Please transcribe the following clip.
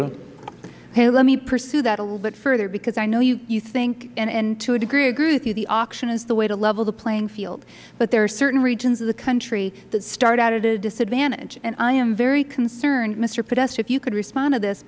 okay let me pursue that a little bit further because i know you think and to a degree i agree with you the auction is the way to level the playing field but there are certain regions of the country that start out at a disadvantage and i am very concerned mister podesta if you could respond to this